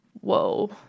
whoa